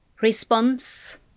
Response